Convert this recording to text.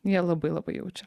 jie labai labai jaučia